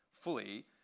fully